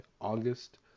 August